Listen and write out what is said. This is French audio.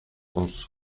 onze